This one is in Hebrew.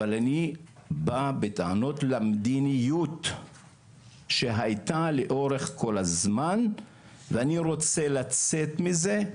אבל אני בא בטענות למדיניות שהייתה לאורך כל הזמן ואני רוצה לצאת מזה.